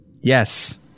Yes